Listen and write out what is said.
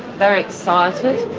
very excited.